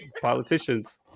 politicians